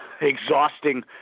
exhausting